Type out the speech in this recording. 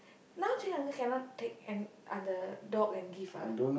now Jay uncle cannot take the அந்த:andtha dog and give ah